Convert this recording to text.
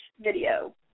video